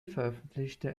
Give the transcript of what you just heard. veröffentlichte